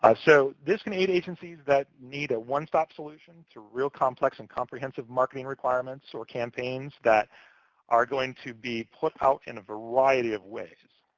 so this can aide agencies that need a one-stop solution to real complex and comprehensive marketing requirements or campaigns that are going to be put out in a variety of ways.